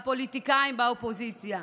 הפוליטיקאים באופוזיציה,